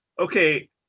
okay